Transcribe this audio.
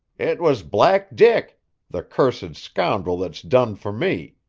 it was black dick the cursed scoundrel that's done for me.